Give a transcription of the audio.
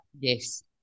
Yes